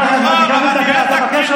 וגם במקום הזה, ולא יסתמו את הפה שלנו.